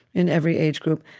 in every age group.